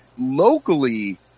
locally